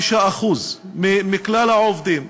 5% מכלל העובדים.